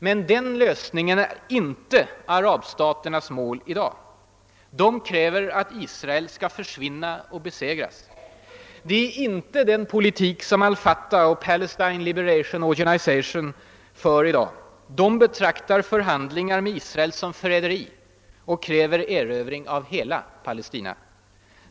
Men den lösningen är inte arabstaternas mål i dag: de kräver att Israel skall försvinna och besegras. Det är inte den politik som al Fatah och Palestine Liberation Organization för: de betraktar förhandlingar med Israel som förräderi och kräver erövring av hela Palestina.